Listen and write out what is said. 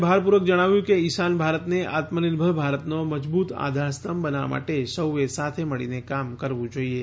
તેમણે ભારપૂર્વક જણાવ્યું કે ઈશાન ભારતને આત્મનિર્ભર ભારતનો મજબૂત આધારસ્તંભ બનાવવા માટે સૌએ સાથે મળીને કામ કરવું જોઈએ